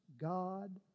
God